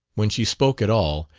when she spoke at all,